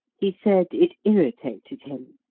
he said it irritated him.